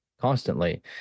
constantly